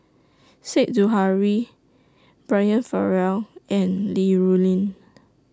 Said Zahari Brian Farrell and Li Rulin